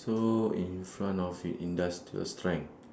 so in front of it industrial strength